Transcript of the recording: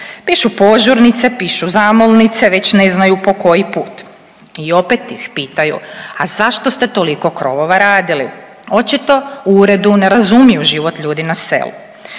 Pišu požurnice, pišu zamolnice već ne znaju po koji put i opet ih pitaju, a zašto ste toliko krovova radili, očito u uredu ne razumiju život ljudi na selu.